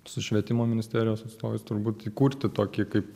su švietimo ministerijos atstovais turbūt įkurti tokį kaip